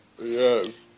Yes